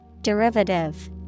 Derivative